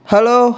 Hello